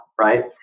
right